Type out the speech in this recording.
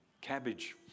cabbage